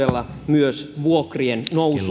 myös vuokrien nousu on saatu